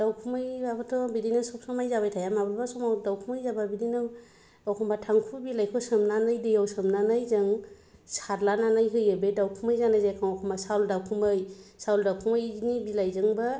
दाउखुमैब्लाबोथ' बिदिनो सब समाय जाबाय थाया माब्लाबा समाव दाउखुमै जाब्ला बिदिनो एखनब्ला थांखु बिलाइखौ सोमनानै दैआव सोमनानै जों सारलानानै होयो बे दाउखुमै जानाय जायगायाव एखनब्ला साउल दाउखुमै साउल दाउखुमैनि बिलाइजोंबो